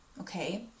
Okay